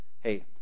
hey